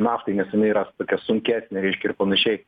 naftai nes jinai yra tokia sunkesnė reiškia ir panašiai